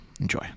enjoy